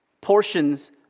portions